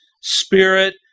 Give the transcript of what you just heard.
spirit